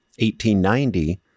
1890